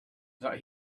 that